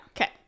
okay